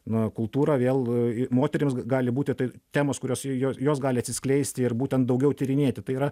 na kultūra vėl moterims gali būti tai temos kuriose jo jos gali atsiskleisti ir būtent daugiau tyrinėti tai yra